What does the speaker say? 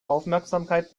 aufmerksamkeit